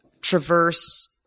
traverse